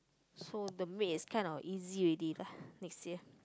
so the maid is kind of easy already next year